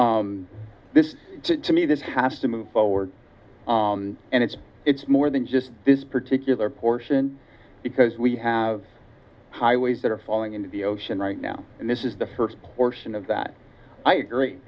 up this to me this has to move forward and it's it's more than just this particular portion because we have highways that are falling into the ocean right now and this is the first portion of that i agree